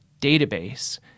database